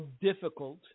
difficult